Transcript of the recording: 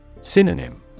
Synonym